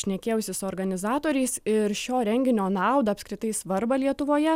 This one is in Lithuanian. šnekėjausi su organizatoriais ir šio renginio naudą apskritai svarbą lietuvoje